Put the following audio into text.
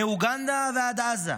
מאוגנדה ועד עזה,